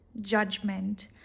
judgment